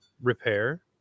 repair